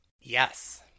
Yes